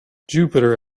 jupiter